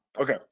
Okay